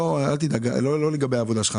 אל תהיה מודאג, לא לגבי העבודה שלך.